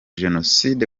jenoside